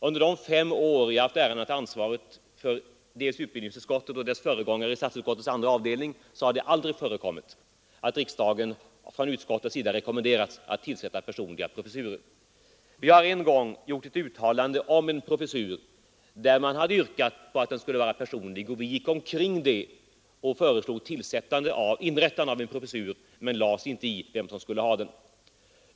Under de fem år jag har haft äran att ansvara för utbildningsutskottet och dess föregångare, statsutskottets andra avdelning, har det aldrig förekommit att riksdagen från utskottets sida rekommenderats att tillsätta personliga professurer. Vi har en gång gjort ett uttalande om en professur där man yrkat på att den skulle vara personlig. Vi kringgick problemet genom att föreslå inrättandet av en professur utan att lägga oss i vem som skulle ha den.